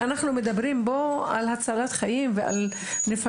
אנחנו מדברים פה על הצלת חיים ונפשות,